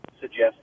suggest